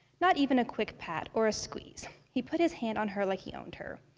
not even a quick pat or a squeeze. he put his hand on her like he owned her.